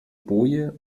boje